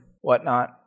whatnot